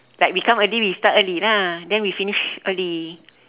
like we come early we start early lah then we finish early